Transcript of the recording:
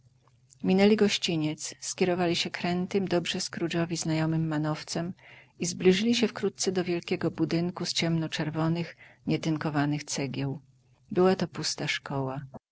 minęli gościniec skierowali się krętym dobrze scroogeowi znajomym manowcem i zbliżyli się wkrótce do wielkiego budynku z ciemno czerwonych nietynkowanych cegieł była to pusta szkoła